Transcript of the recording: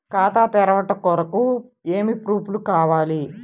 ఖాతా తెరవడం కొరకు ఏమి ప్రూఫ్లు కావాలి?